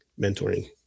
mentoring